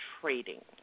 trading